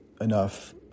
enough